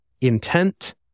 Intent